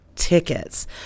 Tickets